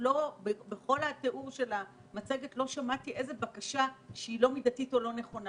בכל התיאור של המצגת לא שמעתי בקשה לא מידתית או לא נכונה.